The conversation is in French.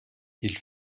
ils